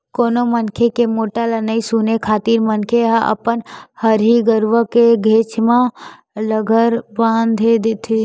कोनो मनखे के मोठ्ठा ल नइ सुने खातिर मनखे ह अपन हरही गरुवा के घेंच म लांहगर बांधे देथे